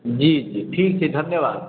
जी जी ठीक छै धन्यवाद